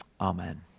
Amen